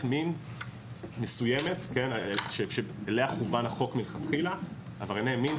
מין מסוימת - אליה כוון החוק מלכתחילה עברייני מין,